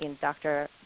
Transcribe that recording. Dr